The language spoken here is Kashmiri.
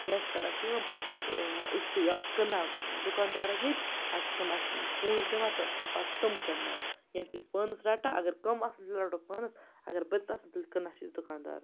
یا چھِ کَران کٲم ٲں أسۍ چھِ یا کٕنان دُکاندارَن ییٚتہِ پَتہٕ چھِ تِم اسہِ پونٛسہٕ دِوان تہٕ تِم پَتہٕ چھِ تِم کٕنان یا چھِ أسۍ پانَس رَٹان اگر کَم آسیٚن تیٚلہِ رَٹُو پانَس اگر بٔرِتھ آسیٚن تیٚلہِ کٕنان چھِ أسۍ دُکاندارَن